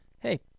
hey